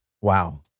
Wow